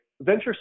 venture